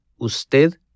usted